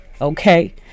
okay